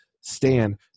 stand